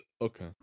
Okay